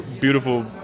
beautiful